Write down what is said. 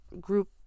group